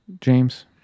James